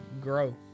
grow